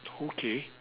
okay